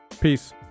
Peace